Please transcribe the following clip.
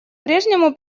прежнему